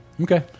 Okay